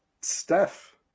Steph